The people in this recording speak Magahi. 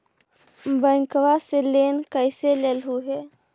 बैंकवा से लेन कैसे लेलहू हे?